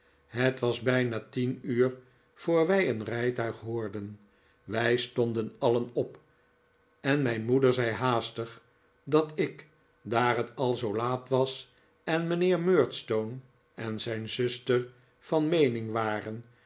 het was bijna tien uur voor wij een rijtuig hoorden wij stonden alien op en mijn moeder zei haastig dat ik daar het al zoo laat was en mijnheer murdstone en zijn zuster van meening waren